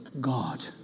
God